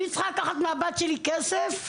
אני צריכה לקחת מהבת שלי כסף?